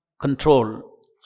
control